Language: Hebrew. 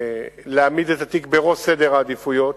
להעמיד את התיק בראש סדר העדיפויות,